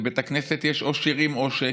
ובבית הכנסת יש או שירים או שקט,